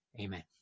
Amen